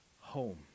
home